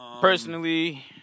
Personally